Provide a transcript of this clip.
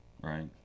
right